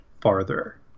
farther